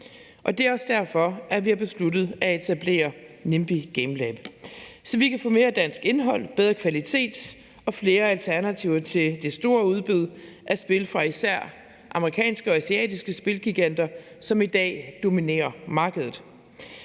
og det er også derfor, at vi har besluttet at etablere Nimbi GameLab, så vi kan få mere dansk indhold, bedre kvalitet og flere alternativer til det store udbyde af spil fra især amerikanske og asiatiske spilgiganter, som i dag dominerer markedet,